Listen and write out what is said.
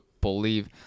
believe